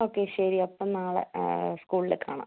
okay ശരി അപ്പം നാളെ സ്കൂൾൽ കാണാം